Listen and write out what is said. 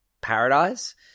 Paradise